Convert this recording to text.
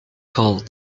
called